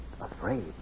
afraid